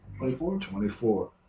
24